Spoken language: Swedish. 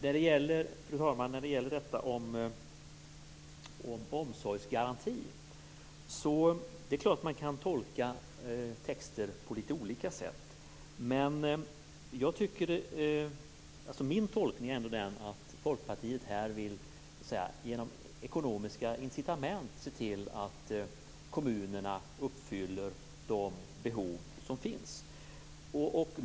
Fru talman! Det är klart att man kan tolka texter på litet olika sätt, som när det gäller omsorgsgarantin. Men min tolkning är att Folkpartiet genom ekonomiska incitament vill se till att kommunerna uppfyller de behov som finns.